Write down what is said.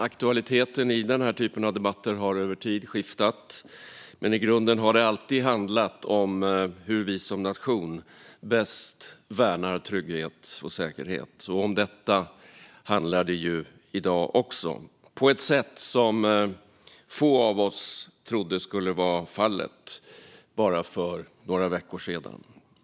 Aktualiteten i debatter som denna har skiftat över tid. I grunden har det alltid handlat om hur vi som nation bäst värnar trygghet och säkerhet. Om detta handlar det även i dag, och det gör det på ett sätt som få av oss trodde skulle vara fallet för bara några veckor sedan.